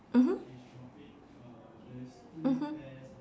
mmhmm mmhmm